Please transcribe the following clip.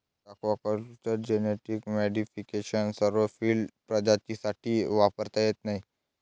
aquaculture genetic modification सर्व field प्रजातींसाठी वापरता येत नाही